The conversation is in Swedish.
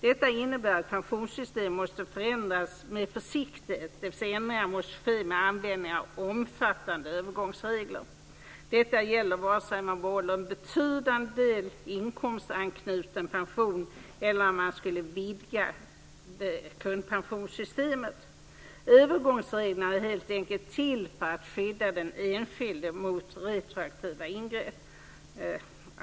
Detta innebär att pensionssystem måste förändras med försiktighet, dvs. att ändringarna måste ske med användning av omfattande övergångsregler. Detta gäller antingen man behåller en betydande del av inkomstanknuten pension eller om man skulle vidga grundpensionssystemet. Övergångsreglerna är helt enkelt till för att skydda den enskilda mot retroaktiva ingrepp.